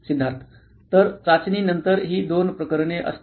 सिद्धार्थ तर चाचणीनंतर ही 2 प्रकरणे असतील